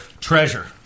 Treasure